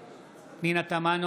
(קורא בשמות חברי הכנסת) פנינה תמנו,